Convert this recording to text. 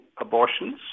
abortions